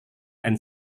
and